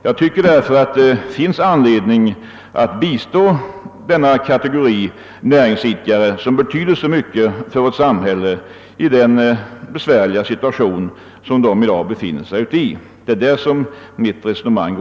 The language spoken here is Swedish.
Jag tycker därför att det finns anledning att bistå denna kategori näringsidkare, som betyder så mycket för vårt samhälle i den besvärliga situation som vårt land i dag befinner sig i. Det är detta som ligger bakom mitt resonemang.